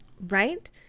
Right